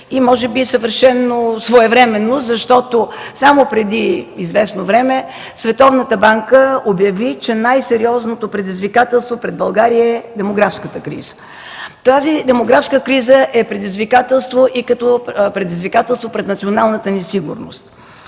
и може би съвършено своевременно, защото само преди известно време Световната банка обяви, че най-сериозното предизвикателство пред България е демографската криза. Тя е предизвикателство и пред националната ни сигурност.